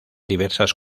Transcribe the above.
diversas